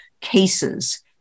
cases